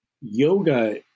yoga